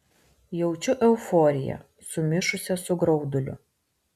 jaučiu euforiją sumišusią su grauduliu